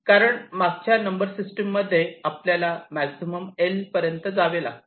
कारण मागच्या number system मध्ये आपल्याला मॅक्झिमम 'L' पर्यंत जावे लागते